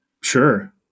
Sure